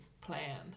plan